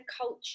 culture